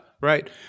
right